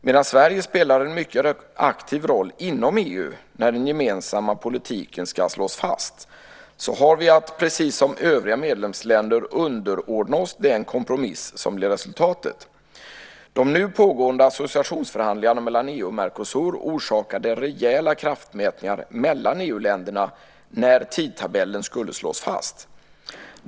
Medan Sverige spelar en mycket aktiv roll inom EU när den gemensamma politiken ska slås fast har vi att, precis som övriga medlemsländer, underordna oss den kompromiss som blir resultatet. De nu pågående associationsförhandlingarna mellan EU och Mercosur orsakade rejäla kraftmätningar mellan EU-länderna när tidtabellen skulle slås fast.